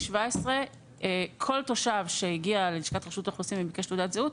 2017 כל תושב שהגיע ללשכת רשות האוכלוסין וביקש תעודת זהות,